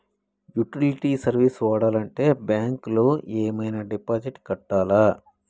Utility service వాడాలంటే bank లో ఏమైనా డిపాజిట్ కట్టాలా?